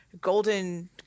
Golden